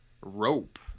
Rope